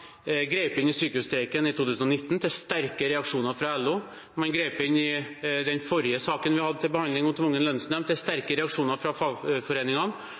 grep inn i sykehusstreiken i 2019, til sterke reaksjoner fra LO. Man grep inn i den forrige saken vi hadde til behandling om tvungen lønnsnemnd, til sterke reaksjoner fra fagforeningene.